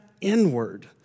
inward